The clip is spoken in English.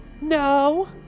No